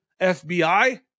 FBI